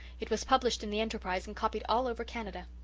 it was published in the enterprise and copied all over canada.